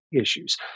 issues